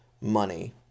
money